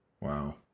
Wow